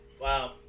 Wow